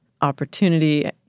opportunity